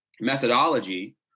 methodology